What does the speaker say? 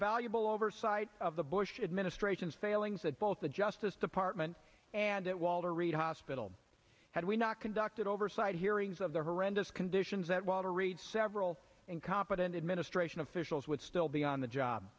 valuable oversight of the bush administration's failings at both the justice department and that walter reed hospital had we not conducted oversight hearings of the horrendous conditions at walter reed several incompetent administration officials would still be on the job